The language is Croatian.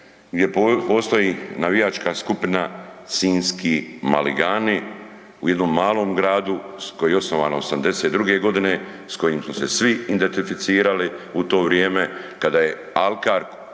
gdje postoji navijačka skupina Sinjski maligani, u jednom malom gradu koji je osnovan '82., s kojim smo se svi identificirali u to vrijeme kada je Alkar,